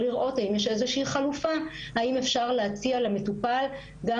לראות האם יש איזושהי חלופה: האם אפשר להציע למטופל גם